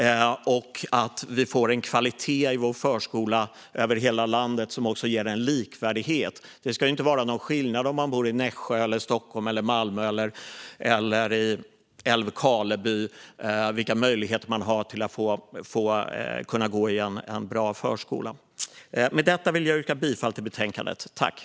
Det är viktigt att vi får en kvalitet i vår förskola över hela landet och som också ger en likvärdighet. Det ska inte vara någon skillnad om man bor i Nässjö, Stockholm, Malmö eller Älvkarleby när det gäller vilka möjligheter man har att gå i en bra förskola. Med detta vill jag yrka bifall till förslaget i betänkandet.